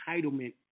entitlement